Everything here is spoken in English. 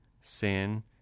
sin